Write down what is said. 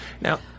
Now